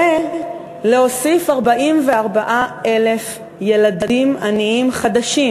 ולהוסיף 44,000 ילדים עניים חדשים,